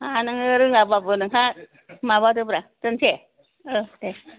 नोङो रोङाबाबो नोंहा माबादोब्रा दोननोसै औ दे